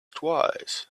twice